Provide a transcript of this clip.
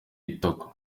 itako